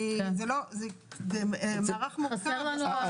זה מערך מורכב.